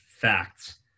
facts